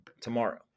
tomorrow